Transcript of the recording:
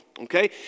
Okay